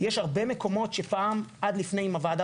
יש הרבה מקומות שפעם עד לפני ואם הוועדה